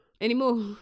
Anymore